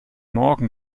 morgen